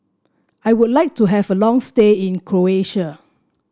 I would like to have a long stay in Croatia